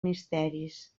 misteris